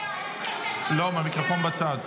לא, אושרו עשר דקות.